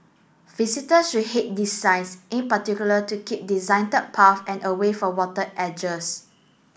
visitor should heed these signs in particular to keep paths and away from water edges